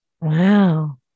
Wow